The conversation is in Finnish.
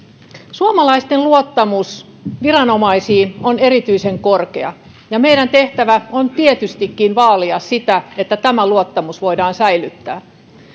suomalaisten luottamus viranomaisiin on erityisen korkea ja meidän tehtävämme on tietystikin vaalia sitä että tämä luottamus voidaan säilyttää